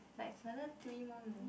like it's another three more minute